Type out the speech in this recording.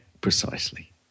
precisely